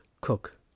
Cook